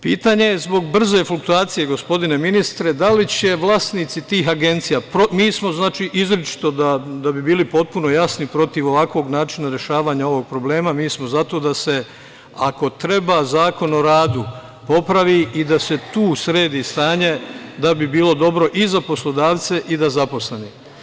Pitanje je zbog brze fluktuacije, gospodine ministre, mi smo znači izričito da bi bili potpuno jasni i protiv ovakvog načina rešavanja ovog problema, mi smo zato da se ako treba Zakon o radu popravi i da se tu sredi stanje da bi bilo dobro i za poslodavce i za zaposlene.